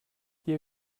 hier